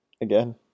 again